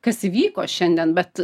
kas įvyko šiandien bet